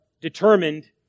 determined